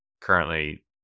Currently